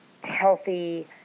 healthy